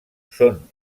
són